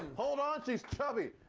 hold on, she's chubby,